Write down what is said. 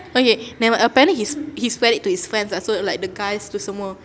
okay never mind apparently he he spread it to his friends ah so like the guys tu semua